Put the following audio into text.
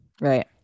right